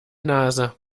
nase